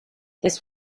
this